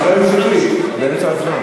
עכשיו, חבר הכנסת שטרית, באמצע הצבעה.